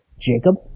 Jacob